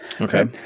Okay